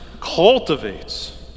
cultivates